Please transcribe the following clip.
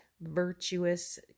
virtuous